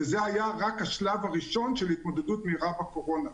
וזה היה רק השלב הראשון של התמודדות מהירה בקורונה.